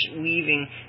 weaving